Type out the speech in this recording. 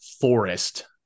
forest